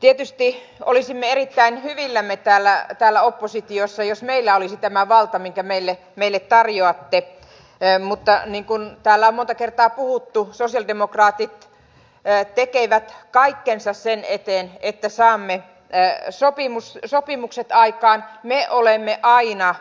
tietysti olisimme erittäin hyvillämme täällä oppositiossa jos meillä olisi tämä valta minkä meille tarjoatte mutta niin kuin täällä on monta kertaa puhuttu sosialidemokraatit tekevät kaikkensa sen eteen että saamme sopimukset aikaan me olemme aina